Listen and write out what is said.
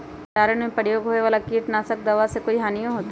भंडारण में प्रयोग होए वाला किट नाशक दवा से कोई हानियों होतै?